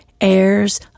heirs